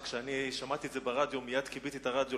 שכאשר שמעתי עליה ברדיו מייד כיביתי את הרדיו,